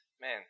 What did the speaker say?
Man